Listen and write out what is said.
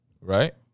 right